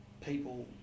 people